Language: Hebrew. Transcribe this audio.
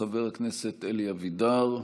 חבר הכנסת אלי אבידר,